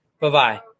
Bye-bye